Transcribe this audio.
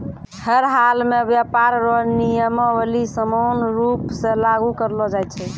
हर हालमे व्यापार रो नियमावली समान रूप से लागू करलो जाय छै